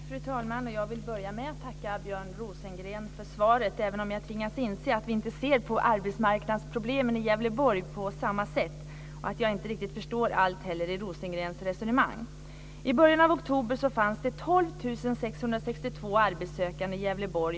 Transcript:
Fru talman! Jag vill börja med att tacka Björn Rosengren för svaret, även om jag tvingas inse att vi inte ser på arbetsmarknadsproblemen i Gävleborg på samma sätt. Jag förstår inte heller allt i Rosengrens resonemang. fanns i Gävle.